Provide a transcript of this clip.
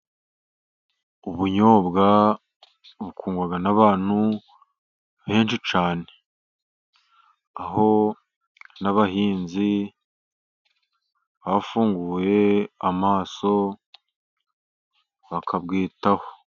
Ubunyobwa bukundwa n'abantu benshi cyane, aho n'abahinzi bafunguye amaso bakabwitaho.